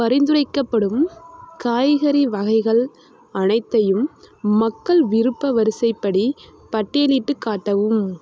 பரிந்துரைக்கப்படும் காய்கறி வகைகள் அனைத்தையும் மக்கள் விருப்ப வரிசைப்படி பட்டியலிட்டுக் காட்டவும்